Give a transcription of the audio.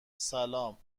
سلام